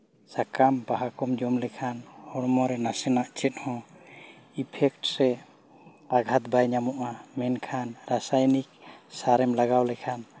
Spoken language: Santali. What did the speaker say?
ᱥᱟᱠᱟᱢ ᱵᱟᱦᱟ ᱠᱚᱢ ᱡᱚᱢ ᱞᱮᱠᱷᱟᱱ ᱦᱚᱲᱢᱚ ᱨᱮ ᱱᱟᱥᱮᱱᱟᱜ ᱪᱮᱫ ᱦᱚᱸ ᱤᱯᱷᱮᱠᱴ ᱥᱮ ᱟᱜᱷᱟᱛ ᱵᱟᱭ ᱧᱟᱢᱚᱜᱼᱟ ᱢᱮᱱᱠᱷᱟᱱ ᱨᱟᱥᱟᱭᱱᱤᱠ ᱥᱟᱨᱮᱢ ᱞᱟᱜᱟᱣ ᱞᱮᱠᱷᱟᱱ